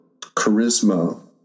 charisma